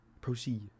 Proceed